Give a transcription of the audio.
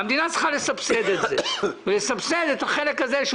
והמדינה צריכה לסבסד את החלק הזה,